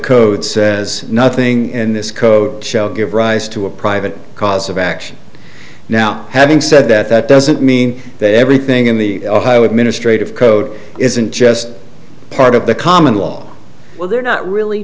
code says nothing in this code shall give rise to a private cause of action now having said that that doesn't mean that everything in the administrative code isn't just part of the common law well they're not really